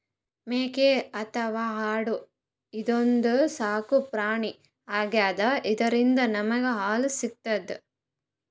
ಮೇಕೆ ಅಥವಾ ಆಡು ಇದೊಂದ್ ಸಾಕುಪ್ರಾಣಿ ಆಗ್ಯಾದ ಇದ್ರಿಂದ್ ನಮ್ಗ್ ಹಾಲ್ ಸಿಗ್ತದ್